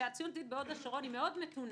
שבהוד השרון היא מאוד מתונה,